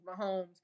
Mahomes